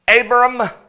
Abram